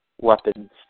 weapons